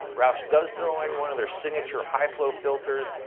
roush does throw in one of their signature high-flow filters.